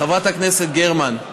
חברת הכנסת גרמן,